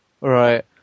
right